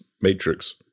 matrix